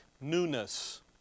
newness